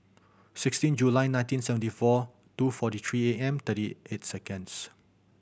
sixteen July nineteen seventy four two forty three A M thirty eight seconds